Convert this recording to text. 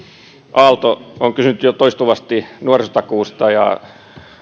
aalto on kysynyt jo toistuvasti nuorisotakuusta ja